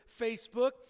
Facebook